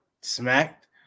smacked